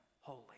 holy